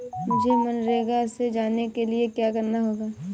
मुझे मनरेगा में जाने के लिए क्या करना होगा?